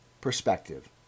perspective